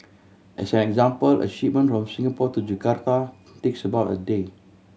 as an example a shipment from Singapore to Jakarta takes about a day